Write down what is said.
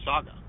saga